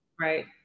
right